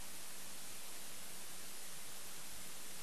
ועדת הכנסת, קריאה